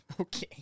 Okay